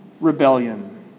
rebellion